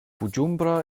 bujumbura